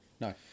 No